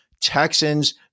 Texans